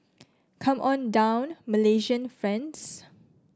come on down Malaysian friends